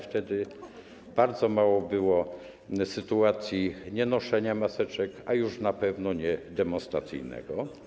Wtedy bardzo mało było sytuacji nienoszenia maseczek, a już na pewno - nienoszenia demonstracyjnego.